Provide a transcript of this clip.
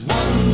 one